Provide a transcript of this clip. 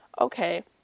okay